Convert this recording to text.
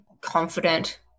confident